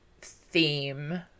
theme